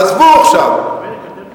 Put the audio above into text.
עזבו עכשיו,